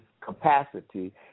capacity